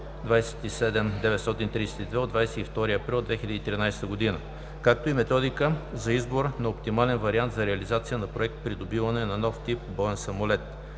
22 април 2013 г., както и „Методика за избор на оптимален вариант за реализация на проект „Придобиване на нов тип боен самолет““,